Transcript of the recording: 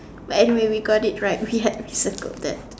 but anyway we got it right we had we circled that